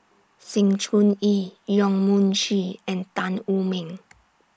Sng Choon Yee Yong Mun Chee and Tan Wu Meng